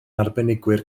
arbenigwyr